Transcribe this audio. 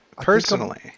personally